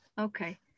Okay